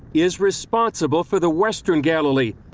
is responsible for the western galilee,